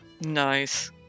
Nice